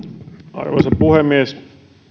arvoisa puhemies